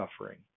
suffering